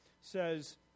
says